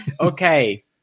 okay